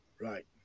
Right